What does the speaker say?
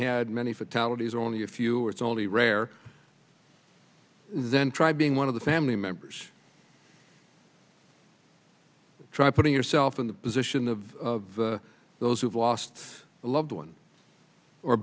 had many fatalities or only a few it's only rare then try being one of the family members try putting yourself in the position of those who've lost a loved one or